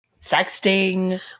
sexting